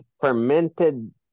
fermented